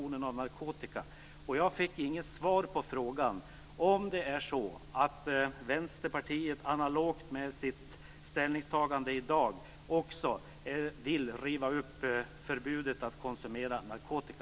I det fallet mäler Vänsterpartiet som enda parti ut sig. Jag fick inget var på min fråga om det är så att Vänsterpartiet analogt med sitt ställningstagande i dag också vill riva upp förbudet mot att konsumera narkotika.